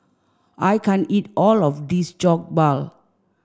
I can't eat all of this Jokbal